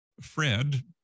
Fred